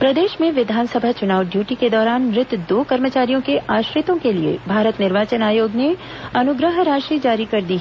आयोग अनुग्रह राशि प्रदेश में विधानसभा चुनाव ड्यूटी के दौरान मृत दो कर्मचारियों के आश्रितों के लिए भारत निर्वाचन आयोग ने अनुग्रह राशि जारी केर दी हैं